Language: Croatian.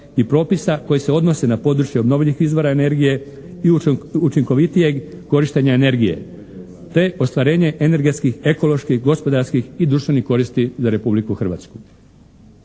i propisa koji se odnose na područje obnovljivih izvora energije i učinkovitijeg korištenja energije, te ostvarenje energetskih, ekoloških, gospodarskih i društvenih koristi za Republiku Hrvatsku.